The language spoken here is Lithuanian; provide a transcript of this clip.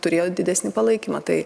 turėjo didesnį palaikymą tai